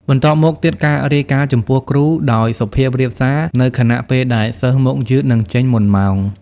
បន្ទាប់មកទៀតការរាយការណ៍ចំពោះគ្រូ ដោយសុភាពរាបសារ នៅខណៈពេលដែលសិស្សមកយឺតនិងចេញមុនម៉ោង។